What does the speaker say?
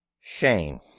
Shane